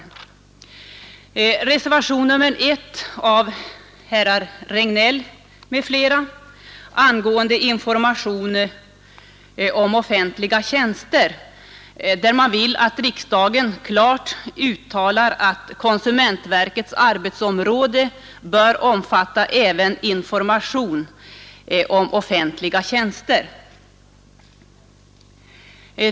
I reservationen 1 av herr Regnéll m.fl. angående information om offentliga tjänster vill man att riksdagen klart uttalar att konsumentverkets arbetsområde bör omfatta även information om offentliga tjänster.